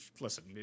listen